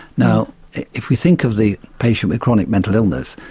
now if we think of the patient with chronic mental illness,